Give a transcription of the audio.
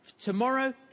tomorrow